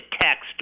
text